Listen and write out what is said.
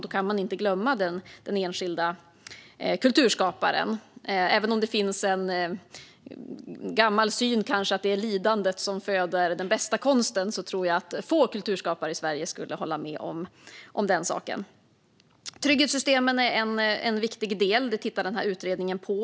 Då kan man inte glömma den enskilda kulturskaparen. Även om det kanske finns en gammal syn att det är lidande som föder den bästa konsten tror jag att få kulturskapare i Sverige skulle hålla med om den saken. Trygghetssystemen är en viktig del, och dem tittar utredningen på.